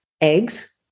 eggs